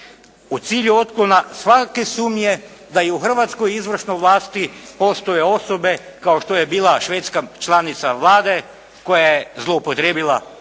u cilju otklona svake sumnje da i u hrvatskoj izvršnog vlasti postoje osobe kao što je bila švedska članica Vlade koja je zloupotrijebila